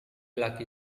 laki